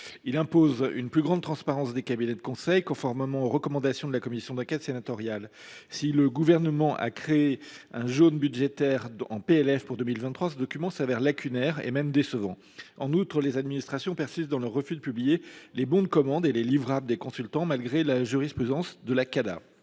d’imposer une plus grande transparence des cabinets de conseil, conformément aux recommandations de la commission d’enquête sénatoriale. Si le Gouvernement a créé un jaune budgétaire dans le cadre du PLF pour 2023, ce document se révèle lacunaire et même décevant. En outre, les administrations persistent dans leur refus de publier les bons de commande et les livrables des consultants, malgré la jurisprudence de la